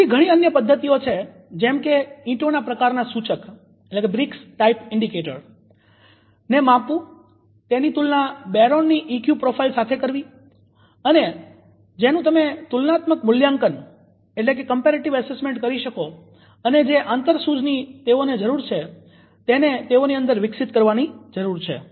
બીજી ઘણી અન્ય પદ્ધતિઓ છે જેમ કે ઇંટોનાં પ્રકારના સૂચક ને માપવું અને તેની તુલના બેરોનની ઈક્યુ પ્રોફાઈલ સાથે કરવી અને જેનું તમે તુલનાત્મક મૂલ્યાંકન કરી શકો અને જે આંતરસૂઝ ની તેઓને જરૂર છે તેને તેઓની અંદર વિકસીત કરવાની જરૂર છે